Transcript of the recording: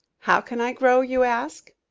how can i grow? you ask.